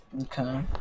Okay